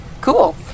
cool